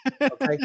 okay